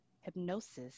hypnosis